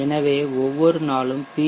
எனவே ஒவ்வொரு நாளும் பி